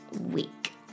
week